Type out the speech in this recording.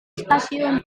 stasiun